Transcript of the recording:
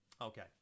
Okay